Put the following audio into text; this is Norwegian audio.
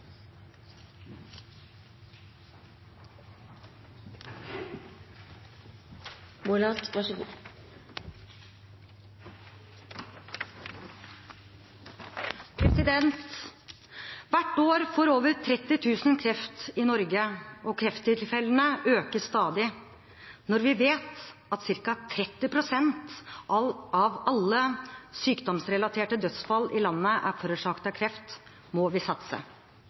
krefttilfellene øker stadig. Når vi vet at ca. 30 pst. av alle sykdomsrelaterte dødsfall i landet er forårsaket av kreft, må vi satse.